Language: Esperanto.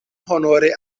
honore